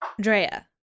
drea